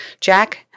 Jack